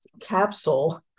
capsule